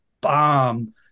bomb